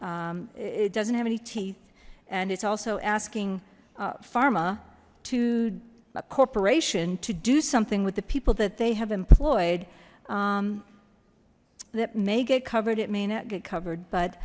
consumer it doesn't have any teeth and it's also asking pharma to a corporation to do something with the people that they have employed that may get covered it may not get covered but